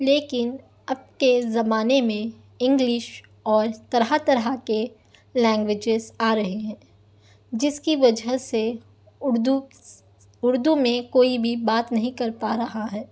لیکن اب کے زمانہ میں انگلش اور طرح طرح کے لینگویجیز آ رہے ہیں جس کی وجہ سے اردو اردو میں کوئی بھی بات نہیں کر پا رہا ہے